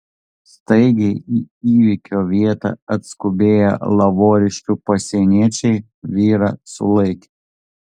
staigiai į įvykio vietą atskubėję lavoriškių pasieniečiai vyrą sulaikė